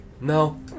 No